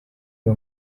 iyo